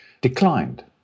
declined